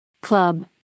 Club